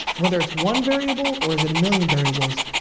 whether it's one variable or is it a million variables,